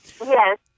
Yes